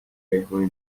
مهمونی